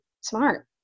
smart